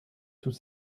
tout